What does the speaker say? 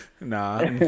Nah